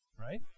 Right